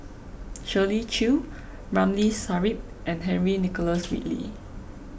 Shirley Chew Ramli Sarip and Henry Nicholas Ridley